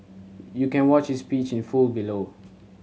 you can watch his speech in full below